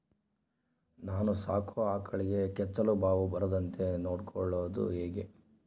ನಾನು ಸಾಕೋ ಆಕಳಿಗೆ ಕೆಚ್ಚಲುಬಾವು ಬರದಂತೆ ನೊಡ್ಕೊಳೋದು ಹೇಗೆ?